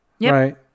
right